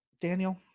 Daniel